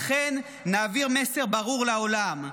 לכן נעביר מסר ברור לעולם: